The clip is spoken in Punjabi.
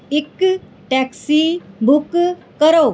ਇੱਕ ਟੈਕਸੀ ਬੁੱਕ ਕਰੋ